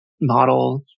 model